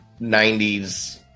90s